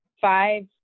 five